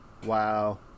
Wow